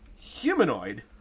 humanoid